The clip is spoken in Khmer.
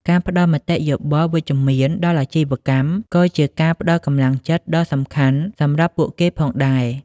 ការផ្តល់មតិយោបល់វិជ្ជមានដល់អាជីវកម្មក៏ជាការផ្តល់កម្លាំងចិត្តដ៏សំខាន់សម្រាប់ពួកគេផងដែរ។